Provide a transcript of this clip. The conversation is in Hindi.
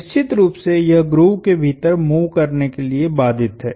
निश्चित रूप से यह ग्रूव के भीतर मूव करने के लिए बाधित है